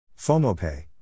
Fomopay